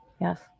Yes